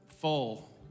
full